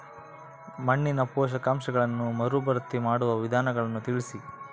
ಮಣ್ಣಿನ ಪೋಷಕಾಂಶಗಳನ್ನು ಮರುಭರ್ತಿ ಮಾಡುವ ವಿಧಾನಗಳನ್ನು ತಿಳಿಸಿ?